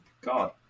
God